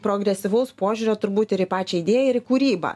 progresyvaus požiūrio turbūt ir į pačią idėją ir į kūrybą